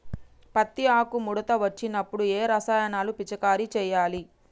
పత్తి ఆకు ముడత వచ్చినప్పుడు ఏ రసాయనాలు పిచికారీ చేయాలి?